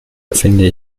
finde